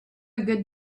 good